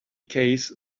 case